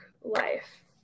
life